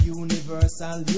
universal